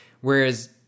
Whereas